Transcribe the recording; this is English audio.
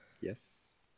Yes